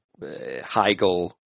Heigl